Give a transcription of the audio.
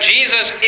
Jesus